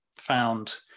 found